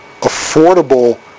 affordable